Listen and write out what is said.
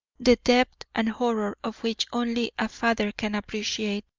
the depth and horror of which only a father can appreciate.